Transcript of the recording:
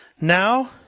Now